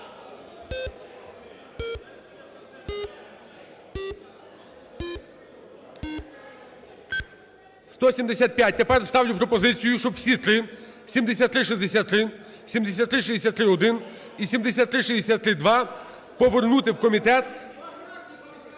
Тепер ставлю пропозицію, щоб усі три: 7363, 7363-1 і 7363-2 – повернути в комітет…